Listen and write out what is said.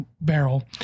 barrel